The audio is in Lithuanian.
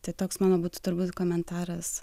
tai toks mano būtų turbūt komentaras